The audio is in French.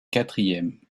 quatrième